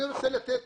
אני רוצה לתת